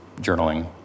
journaling